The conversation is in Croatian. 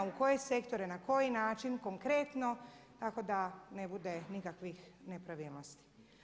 U koje sektore, na koji način, konkretno tako da ne bude nikakvih nepravilnosti.